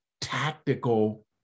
tactical